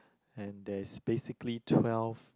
and there's basically twelve